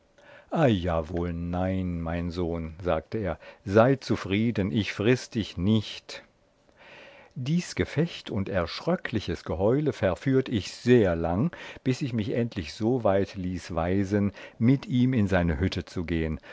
ja wohl nein mein sohn sagte er sei zufrieden ich friß dich nicht dies gefecht und erschröckliches geheule verführt ich sehr lang bis ich mich endlich so weit ließ weisen mit ihm in seine hütte zu gehen